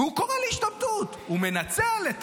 והוא קורא להשתמטות, הוא מנצל את